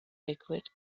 liquid